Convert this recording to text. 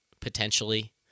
potentially